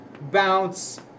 bounce